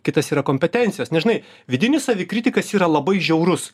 kitas yra kompetencijos nes žinai vidinis savikritikas yra labai žiaurus